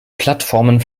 plattformen